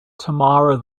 tamara